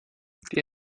die